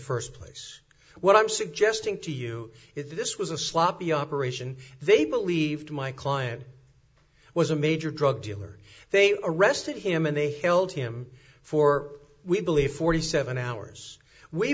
first place what i'm suggesting to you if this was a sloppy operation they believed my client was a major drug dealer they arrested him and they held him for we believe forty seven hours we